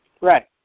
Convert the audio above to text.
Right